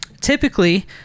typically